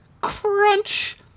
Crunch